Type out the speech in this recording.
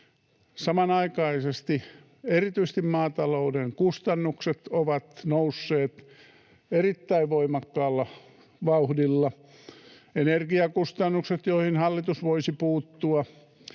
Samanaikaisesti erityisesti maatalouden kustannukset ovat nousseet erittäin voimakkaalla vauhdilla, energiakustannukset, joihin hallitus voisi puuttua.